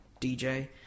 DJ